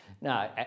No